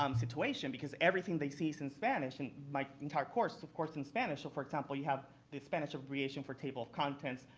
um situation because everything they see is in spanish and my entire course is, of course, in spanish for example, you have the spanish abbreviation for table of contents,